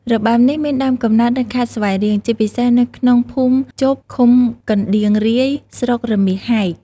របាំនេះមានដើមកំណើតនៅខេត្តស្វាយរៀង ជាពិសេសនៅក្នុងភូមិជប់ ឃុំកណ្តៀងរាយ ស្រុករមាសហែក។